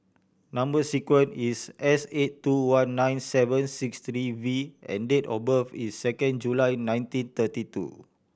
number sequence is S eight two one nine seven six three V and date of birth is second July nineteen thirty two